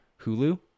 Hulu